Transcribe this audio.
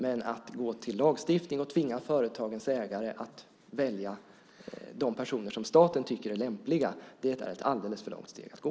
Men att gå till lagstiftning och tvinga företagens ägare att välja de personer som staten tycker är lämpliga är ett alldeles för långt steg att gå.